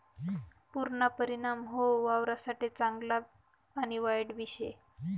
पुरना परिणाम हाऊ वावरससाठे चांगला आणि वाईटबी शे